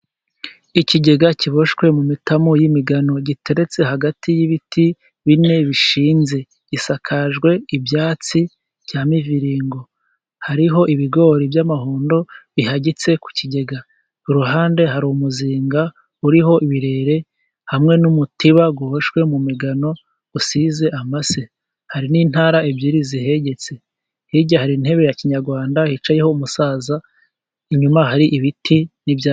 Ikigega kiboshywe mu mitamu y'imigano, giteretse hagati y'ibiti bine bishinze. Gisakajwe ibyatsi bya muvirigo. Hariho ibigori by'amahundo bihagitse ku kigega. Iruhande hari umuzinga uriho ibirere hamwe n'umutiba uboshywe mu migano, usize amase. Hari n'intara ebyiri zihegetse. Hirya hari intebe ya kinyarwanda hicayeho umusaza, inyuma hari ibiti n'ibyayatsi.